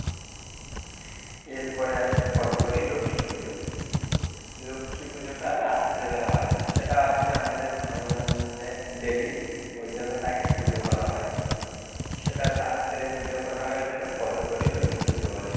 এরপরে আসে কোজাগরী লক্ষ্মী পুজো লক্ষ্মী পুজোটা রাত্রেবেলা হয় সেটা হচ্চে আমাদের ধনধান্যের দেবী ওই জন্য তাকে পুজো করা হয় সেটা রাত্রে পুজো করা হয় ওই জন্য কোজাগরী লক্ষ্মী পুজো বলে